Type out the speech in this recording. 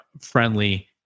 friendly